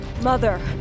Mother